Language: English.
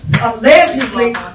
allegedly